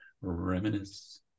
reminisce